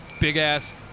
big-ass